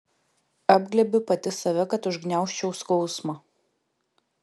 apglėbiu pati save kad užgniaužčiau skausmą